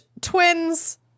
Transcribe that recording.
twins